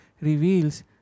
reveals